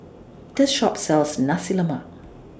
This Shop sells Nasi Lemak